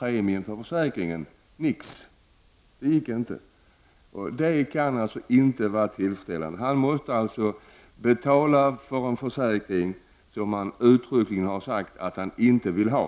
mån? Men nix, det gick inte! Ett sådant förfarande kan väl inte vara tillfredsställande. Den här personen måste alltså betala för en försäkring som han uttryckligen har sagt att han inte vill ha.